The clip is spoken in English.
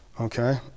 Okay